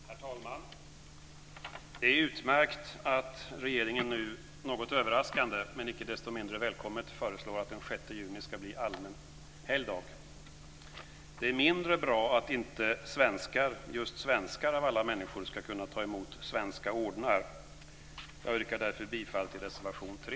Herr talman! Det är utmärkt att regeringen nu, något överraskande men icke desto mindre välkommet, föreslår att den 6 juni ska bli allmän helgdag. Det är mindre bra att just svenskar av alla människor inte ska kunna ta emot svenska ordnar. Jag yrkar därför bifall till reservation 3.